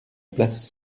place